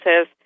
says